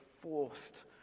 forced